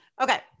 Okay